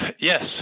Yes